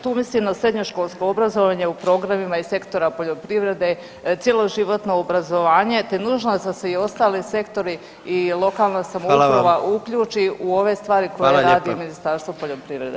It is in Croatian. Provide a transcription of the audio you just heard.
Tu mislim na srednjoškolsko obrazovanje u programima iz sektora poljoprivrede, cjeloživotno obrazovanje te nužnost da se i ostali sektori i lokalna samouprava [[Upadica predsjednik: Hvala vam.]] uključi u ove stvari koje radi [[Upadica predsjednik: Hvala lijepa.]] Ministarstvo poljoprivrede.